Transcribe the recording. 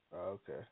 Okay